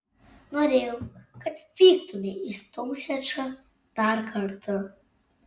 norėjau kad vyktumei į stounhendžą dar kartą